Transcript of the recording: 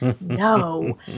No